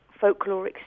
folkloric